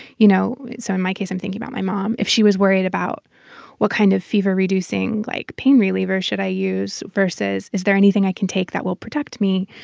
you know so in my case, i'm thinking about my mom. if she was worried about what kind of fever-reducing, like, pain reliever should i use versus is there anything i can take that will protect me,